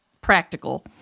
practical